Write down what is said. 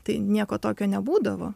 tai nieko tokio nebūdavo